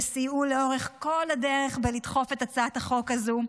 שסייעו לאורך כל הדרך לדחוף את הצעת החוק הזו,